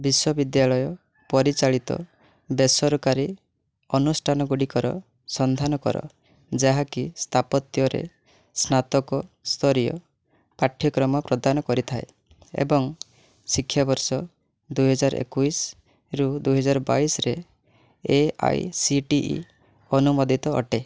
ବିଶ୍ୱବିଦ୍ୟାଳୟ ପରିଚାଳିତ ବେସରକାରୀ ଅନୁଷ୍ଠାନଗୁଡ଼ିକର ସନ୍ଧାନ କର ଯାହାକି ସ୍ତାପତ୍ୟରେ ସ୍ନାତକ ସ୍ତରୀୟ ପାଠ୍ୟକ୍ରମ ପ୍ରଦାନ କରିଥାଏ ଏବଂ ଶିକ୍ଷା ବର୍ଷ ଦୁଇହଜାର ଏକୋଇଶରୁ ଦୁଇହଜାର ବାଇଶରେ A I C T E ଅନୁମୋଦିତ ଅଟେ